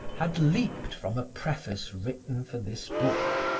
had leaped from a preface written for this book.